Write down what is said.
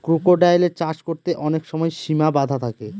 ক্রোকোডাইলের চাষ করতে অনেক সময় সিমা বাধা থাকে